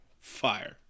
Fire